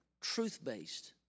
truth-based